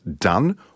done